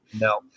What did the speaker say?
No